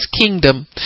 kingdom